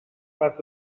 pas